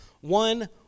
One